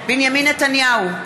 בנימין נתניהו,